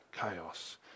chaos